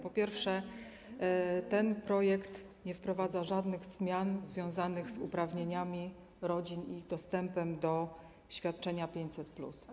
Po pierwsze, ten projekt nie wprowadza żadnych zmian związanych z uprawnieniami rodzin i ich dostępem do świadczenia 500+.